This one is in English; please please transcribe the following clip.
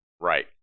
Right